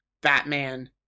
Batman